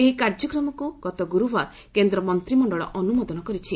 ଏହି କାର୍ଯ୍ୟକ୍ରମକୁ ଗତ ଗୁରୁବାର କେନ୍ଦ୍ର ମନ୍ତିମଣ୍ଡଳ ଅନ୍ତ୍ରମୋଦନ କରିଛି